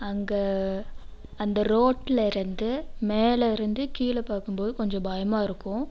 அங்கே அந்த ரோட்லேருந்து மேலருந்து கீழே பார்க்கும் போது கொஞ்சம் பயமாக இருக்கும்